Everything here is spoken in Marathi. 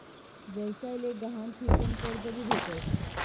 व्यवसाय ले गहाण ठीसन कर्ज भी भेटस